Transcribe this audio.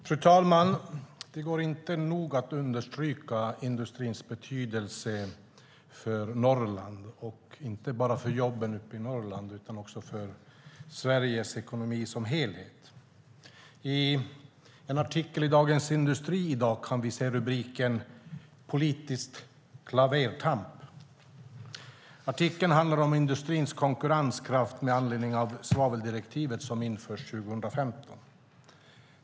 Fru talman! Det går inte att nog understryka industrins betydelse för Norrland, inte bara för jobben i Norrland utan också för Sveriges ekonomi som helhet. I en artikel i Dagens Industri i dag kan vi se rubriken "Politiskt klavertramp". Artikeln handlar om industrins konkurrenskraft med anledning av svaveldirektivet, som införs 2015.